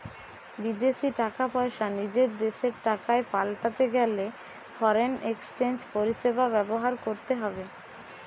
বিদেশী টাকা পয়সা নিজের দেশের টাকায় পাল্টাতে গেলে ফরেন এক্সচেঞ্জ পরিষেবা ব্যবহার করতে হবে